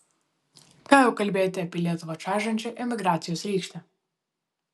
ką jau kalbėti apie lietuvą čaižančią emigracijos rykštę